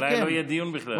אולי לא יהיה דיון בכלל.